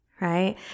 Right